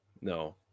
No